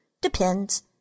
Depends